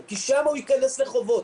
כי שם הוא ייכנס לחובות.